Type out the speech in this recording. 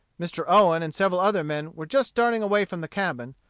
mr. owen and several other men were just starting away from the cabin,